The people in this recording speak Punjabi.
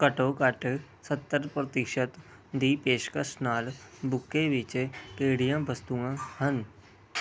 ਘੱਟੋ ਘੱਟ ਸੱਤਰ ਪ੍ਰਤੀਸ਼ਤ ਦੀ ਪੇਸ਼ਕਸ਼ ਨਾਲ ਬੁਕੇ ਵਿੱਚ ਕਿਹੜੀਆਂ ਵਸਤੂਆਂ ਹਨ